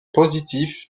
positif